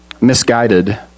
misguided